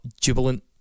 jubilant